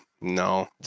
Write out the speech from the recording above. no